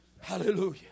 hallelujah